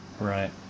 right